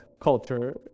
culture